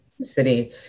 city